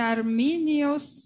Arminius